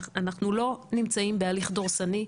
אנחנו לא נמצאים בהליך דורסני.